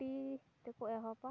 ᱟᱴᱴᱤ ᱛᱮᱠᱚ ᱮᱦᱚᱵᱟ